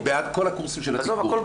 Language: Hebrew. אני בעד כל הקורסים של התיגבור,